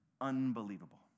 unbelievable